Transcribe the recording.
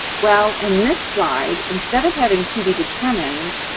well, in this slide, instead of having to be determined,